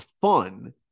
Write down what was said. fun